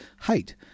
hate